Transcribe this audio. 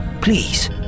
please